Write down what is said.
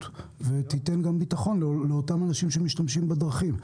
ותיתן גם ביטחון לאותם אנשים שמשתמשים בדרכים.